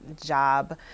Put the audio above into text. job